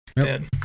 dead